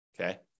okay